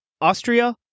Austria